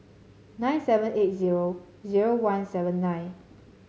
nine seven eight zero zero one seven nine